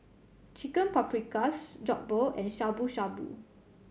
Chicken Paprikas Jokbal and Shabu Shabu